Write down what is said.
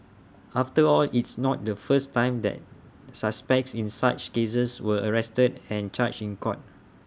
after all it's not the first time that suspects in such cases were arrested and charged in court